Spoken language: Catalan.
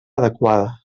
adequada